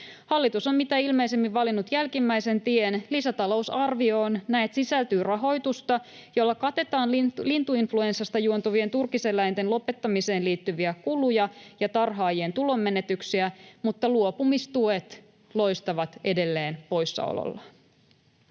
Hallitus on mitä ilmeisimmin valinnut jälkimmäisen tien. Lisätalousarvioon näet sisältyy rahoitusta, jolla katetaan lintuinfluenssasta juontuvia turkiseläinten lopettamiseen liittyviä kuluja ja tarhaajien tulonmenetyksiä, mutta luopumistuet loistavat edelleen poissaolollaan.